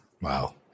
Wow